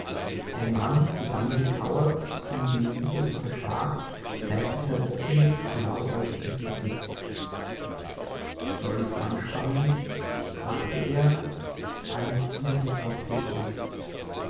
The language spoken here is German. ein mann zusammengekauert in dem niedrigen verschlag zeigte sein offenes blauäugiges gesicht soll ich anspannen fragte er auf allen vieren